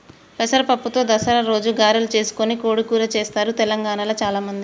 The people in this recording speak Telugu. పెసర పప్పుతో దసరా రోజు గారెలు చేసుకొని కోడి కూర చెస్తారు తెలంగాణాల చాల మంది